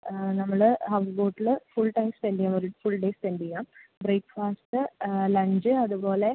നമ്മൾ ഹൗസ്ബോട്ടിൽ full time spent ചെയ്യുന്ന പോലെ ഫുൾ ഡേ സ്പെൻ്റ് ചെയ്യാം ബ്രേക്ക്ഫാസ്റ്റ് ലഞ്ച് അതുപോലെ